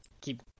keep